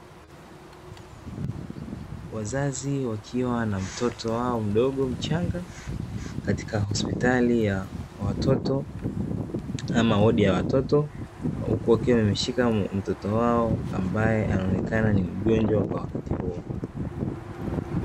Wazazi wakiwa na mtoto wao mchanga katika I hospitali ama wodi ya watoto. Huku wakiwa wamemshika mtoto wao ambaye anaonekana kuwa mgonjwa kwa wakati huo.